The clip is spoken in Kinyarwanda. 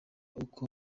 uko